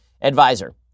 advisor